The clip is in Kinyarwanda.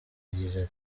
yagize